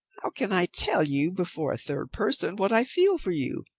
how can i tell you, before a third person, what i feel for you?